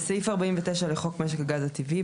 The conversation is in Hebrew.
(4)בסעיף 49 לחוק משק הגז הטבעי,